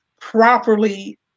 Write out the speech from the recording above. properly